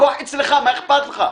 הכוח אצלך, מה אכפת לך?